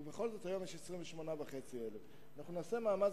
ובכל זאת היום יש 28,500. נעשה מאמץ